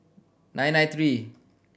nine nine three